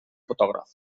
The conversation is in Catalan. fotògraf